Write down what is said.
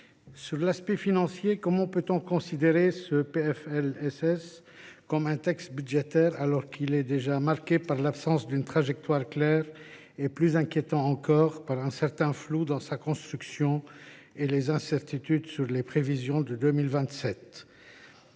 Sur l’aspect financier, comment considérer ce PLFSS comme un texte budgétaire, alors qu’il est marqué par l’absence d’une trajectoire claire et – plus inquiétant encore – par un certain flou dans sa construction, ainsi que par des incertitudes sur les prévisions pour 2027 ?